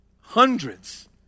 hundreds